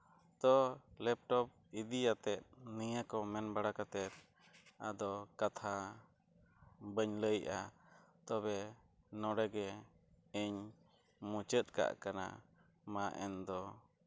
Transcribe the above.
ᱛᱚ ᱞᱮᱯᱴᱚᱯ ᱤᱫᱤᱭᱟᱛᱮᱫ ᱱᱤᱭᱟᱰ ᱠᱚ ᱢᱮᱱ ᱵᱟᱲᱟ ᱠᱟᱛᱮ ᱟᱫᱚ ᱠᱟᱛᱷᱟ ᱵᱟᱹᱧ ᱞᱟᱹᱭᱮᱜᱼᱟ ᱛᱚᱵᱮ ᱱᱚᱸᱰᱮ ᱜᱮ ᱤᱧ ᱢᱩᱪᱟᱹᱫ ᱠᱟᱜ ᱠᱟᱱᱟ ᱢᱟ ᱮᱱᱫᱚ